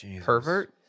pervert